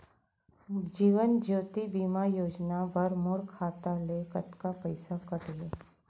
जीवन ज्योति बीमा योजना बर मोर खाता ले कतका पइसा कटही?